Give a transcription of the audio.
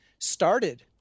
started